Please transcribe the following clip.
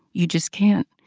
you just can't.